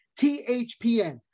THPN